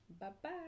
bye-bye